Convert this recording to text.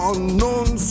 Unknown